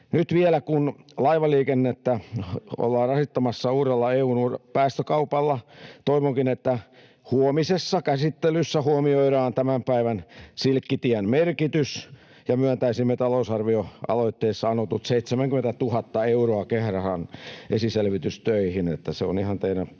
Nyt vielä kun laivaliikennettä ollaan rasittamassa uudella EU:n päästökaupalla, toivonkin, että huomisessa käsittelyssä huomioidaan tämän päivän silkkitien merkitys ja myöntäisimme talousarvioaloitteessa anotut 70 000 euroa kehäradan esiselvitystöihin. On ihan teidän